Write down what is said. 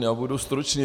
Já budu stručný.